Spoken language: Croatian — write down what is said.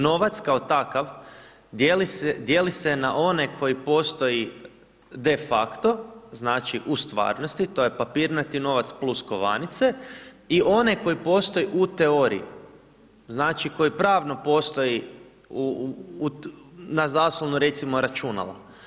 Novac kao takav dijeli se na one koji postoji de fakto, znači u stvarnosti, to je papirnati novac + kovanice i one koji postoje u teoriji, znače koji pravno postoji na zaslonu, recimo računala.